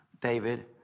David